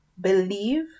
believe